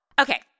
Okay